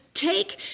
take